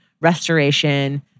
restoration